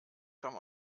kam